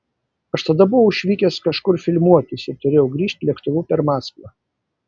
aš tada buvau išvykęs kažkur filmuotis ir turėjau grįžt lėktuvu per maskvą